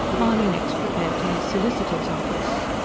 mahony next repaired to his solicitor's office.